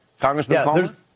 Congressman